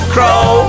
Crow